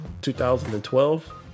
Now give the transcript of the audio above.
2012